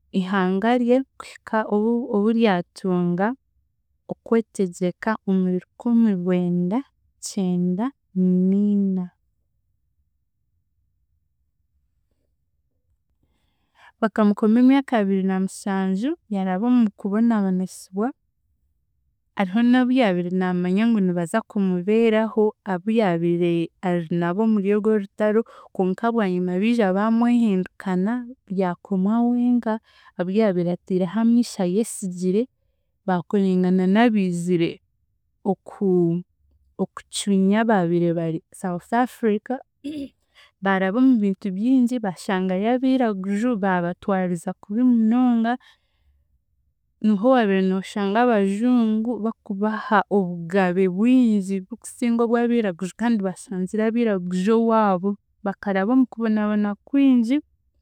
Ihanga rye kuhika obu- obu ryatunga okwetegyeka omuri rukumi rwenda kyenda niina. Bakamukoma emyaka abiri na mushanju yaaraba omu kubonabonesibwa, hariho n'abu yaabiire naamanya ngu nibaza kumubeeraho abu yaabiire ari nabo omuryogwo orutaro konka bwanyima biija baamwehindukana yaakomwa wenka ebu yaabiire atiireho amiisho ayesigire, baakorengana n'abiizire oku okucunya abaabiire bari South Africa, baaraba omu bintu bingi, baashangayo abiiraguju, baabatwariza kubi munonga, niho waabiire nooshanga abajungu bakubaha obugabe bwingi bukusinga abw'abiiraguju kandi baashangire abiiraguju owaabo, bakaraba omu kubonabona kwingi